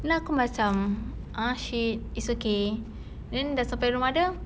then aku macam ah shit it's okay then sudah sampai rumah dia